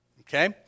okay